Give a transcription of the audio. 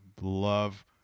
love